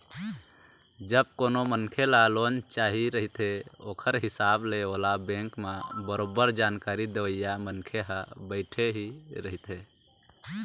जब कोनो मनखे ल लोन चाही रहिथे ओखर हिसाब ले ओला बेंक म बरोबर जानकारी देवइया मनखे ह बइठे ही रहिथे